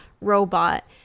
robot